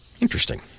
Interesting